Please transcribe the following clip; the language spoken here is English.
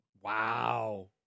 Wow